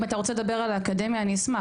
אם אתה רוצה לדבר על האקדמיה אני אשמח